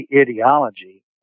ideology